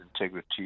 integrity